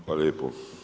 Hvala lijepo.